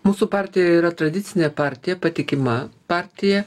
mūsų partija yra tradicinė partija patikima partija